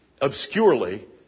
obscurely